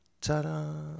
Ta-da